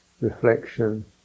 reflection